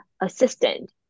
assistant